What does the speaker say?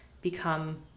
become